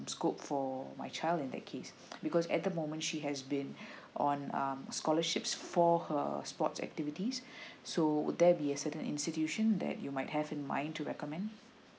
scope for my child in that case because at the moment she has been on um scholarships for her sports activities so would there be a certain institution that you might have in mind to recommend